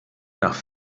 nach